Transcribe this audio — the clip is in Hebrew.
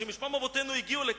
שבשמם אבותינו הגיעו לכאן,